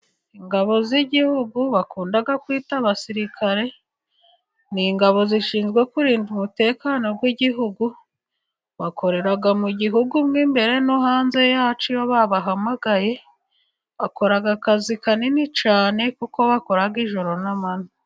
Ingabo z'igihugu bakunda kwita abasirikare, ni ingabo zishinzwe kurinda umutekano w'igihugu, bakorera mu gihugu mo imbere no hanze yacyo iyo babahamagaye, bakora akazi kanini cyane kuko bakora ijoro n'amanywa.